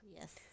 Yes